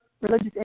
religious